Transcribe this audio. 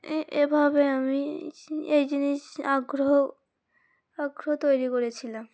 এ এভাবে আমি এই জিনিস আগ্রহ আগ্রহ তৈরি করেছিলাম